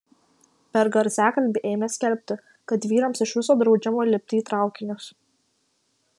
per garsiakalbį ėmė skelbti kad vyrams iš viso draudžiama lipti į traukinius